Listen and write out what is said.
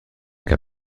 cas